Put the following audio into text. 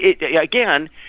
again